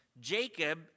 Jacob